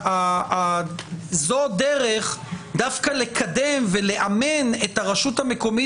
שזו הדרך דווקא לקדם ולאמן את הרשות המקומית